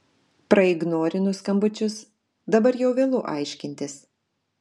praignorino skambučius dabar jau vėlu aiškintis